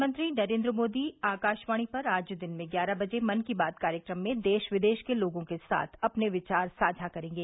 प्रधानमंत्री नरेन्द्र मोदी आकाशवाणी पर आज दिन में ग्यारह बजे मन की बात कार्यक्रम में देश विदेश के लोगों के साथ अपने विचार साझा करेंगे